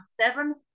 seven